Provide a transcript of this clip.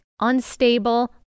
unstable